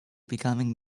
becoming